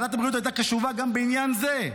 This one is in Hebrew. ועדת הבריאות הייתה קשובה גם בעניין זה.